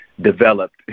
developed